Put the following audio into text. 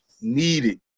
needed